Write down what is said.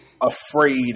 afraid